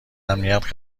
امنیت